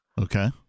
Okay